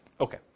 Okay